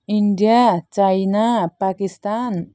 India China Pakistan